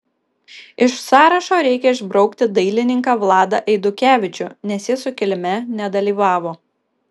iš sąrašo reikia išbraukti dailininką vladą eidukevičių nes jis sukilime nedalyvavo